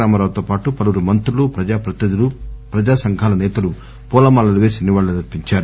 రామారావుతో పాటు పలువురు మంత్రులు ప్రజా ప్రతినిధులు ప్రజాసంఘాల నేతలు పూలమాలలు వేసి నివాళులు అర్పించారు